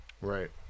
Right